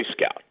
Scout